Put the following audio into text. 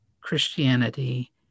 Christianity